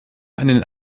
einen